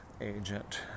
agent